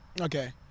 Okay